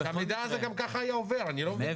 המידע הזה גם כך היה עובר, אני לא מבין מה הבעיה.